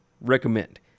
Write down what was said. Recommend